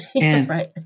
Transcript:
Right